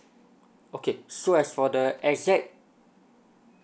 okay so as for the exact